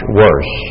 worse